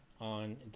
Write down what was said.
on